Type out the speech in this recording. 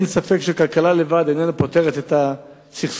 אין ספק שכלכלה בלבד אינה פותרת את הסכסוך,